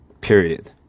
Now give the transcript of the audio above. period